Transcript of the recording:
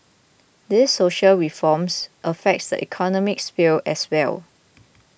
these social reforms affect the economic sphere as well